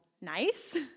nice